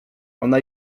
ona